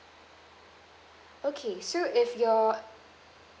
okay so if your